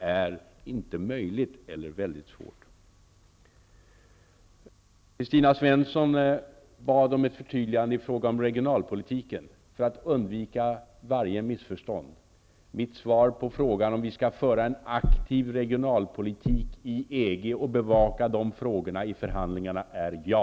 är inte möjligt eller väldigt svårt. Kristina Svensson bad om ett förtydligande i fråga om regionalpolitiken, för att undvika varje missförstånd. Mitt svar på frågan om vi skall föra en aktiv regionalpolitik i EG och bevaka de frågorna vid förhandlingarna är ja.